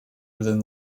within